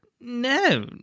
No